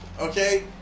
Okay